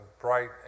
bright